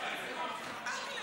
שימצאו חן בעיניך.